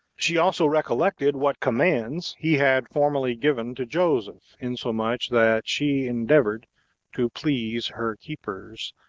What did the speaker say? she also recollected what commands he had formerly given to joseph, insomuch that she endeavored to please her keepers,